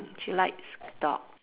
she likes dog